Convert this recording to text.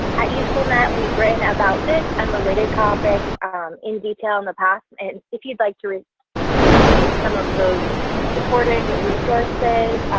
at usablenet, we've written about this and related topics in detail in the past. and if you'd like to receive some of those supporting resources,